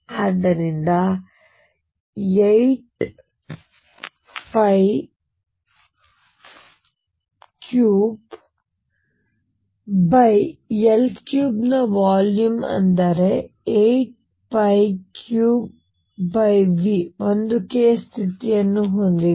ಆದ್ದರಿಂದ 83L3ನ ವಾಲ್ಯೂಮ್ ಅಂದರೆ 83V ಒಂದು k ಸ್ಥಿತಿಯನ್ನು ಹೊಂದಿದೆ